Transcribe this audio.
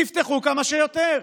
תפתחו כמה שיותר,